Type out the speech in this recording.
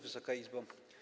Wysoka Izbo!